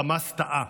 חמאס טעה,